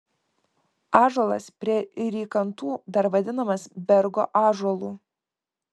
ąžuolas prie rykantų dar vadinamas bergo ąžuolu